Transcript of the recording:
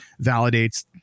validates